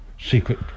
secret